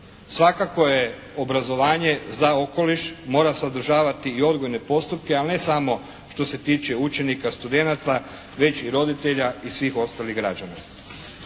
Svakako je obrazovanje za okoliš mora sadržavati i odgojne postupke, ali ne samo što se tiče učenika, studenata, već i roditelja i svih ostalih građana.